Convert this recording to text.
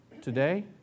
today